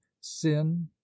sin